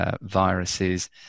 viruses